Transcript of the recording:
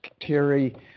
Terry